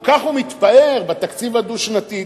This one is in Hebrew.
כל כך הוא מתפאר בתקציב הדו-שנתי.